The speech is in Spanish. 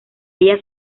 ellas